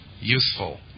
useful